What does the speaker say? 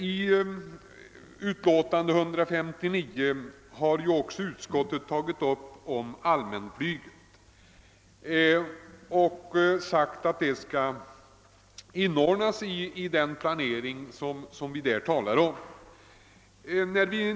I det förra utlåtandet har utskottet tagit upp även frågan om allmänflyget och skrivit att det skall uppmärksammas i den omtalade planeringen.